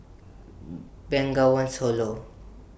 Bengawan Solo